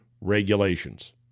regulations